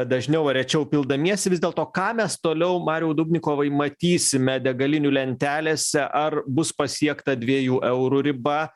dažniau ar rečiau pildamiesi vis dėlto ką mes toliau mariau dubnikovai matysime degalinių lentelėse ar bus pasiekta dviejų eurų riba